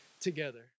together